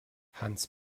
hans